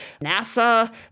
NASA